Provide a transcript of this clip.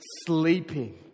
sleeping